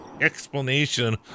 Explanation